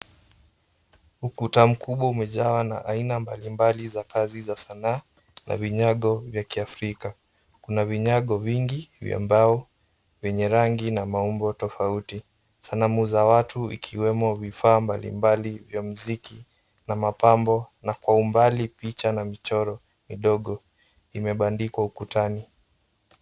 Ukuta mkubwa umejawa na aina mbalimbali za kazi za sanaa, na vinyago vya kiafrika. Kuna vinyago vingi vya mbao vyenye rangi na maumbo tofauti. Sanamu za watu ikiwemo vifaa mbalimbali vya muziki na mapambo na kwa umbali picha na mchoro midogo imebandikwa ukutani.